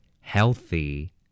healthy